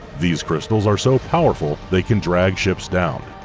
these crystals are so powerful they can drag ships down.